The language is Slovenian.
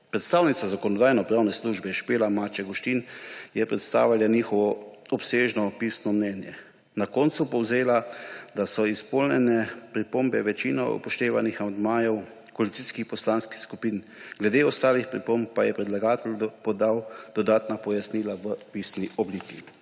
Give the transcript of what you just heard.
Predstavnica Zakonodajno-pravne službe Špela Maček Guštin je predstavila njihovo obsežno pisno mnenje. Na koncu je povzela, da so izpostavljene pripombe večinoma upoštevane v amandmajih koalicijskih poslanskih skupin. Glede ostalih pripomb pa je predlagatelj podal dodatna pojasnila v pisni obliki.